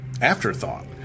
afterthought